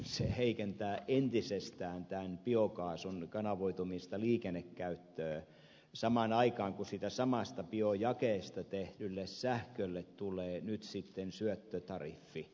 se heikentää entisestään biokaasun kanavoitumista liikennekäyttöön samaan aikaan kun siitä samasta biojakeesta tehdylle sähkölle ja lämmölle tulee nyt sitten syöttötariffi